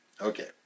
Okay